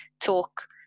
Talk